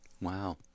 wow